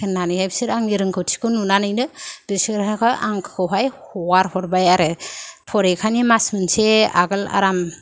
होननानैहाय बिसोर आंनि रोंगौथिखौ नुनानै नो बिसोरहाखौ आंखौहाय हगारहरबाय आरो फरिखानि मास मोनसे आगोल आराम